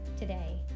today